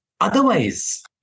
Otherwise